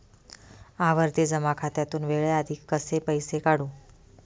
आवर्ती जमा खात्यातून वेळेआधी कसे पैसे काढू?